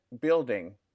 building